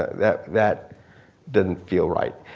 that that doesn't feel right.